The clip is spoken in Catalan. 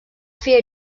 fer